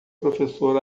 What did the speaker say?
professor